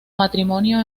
matrimonio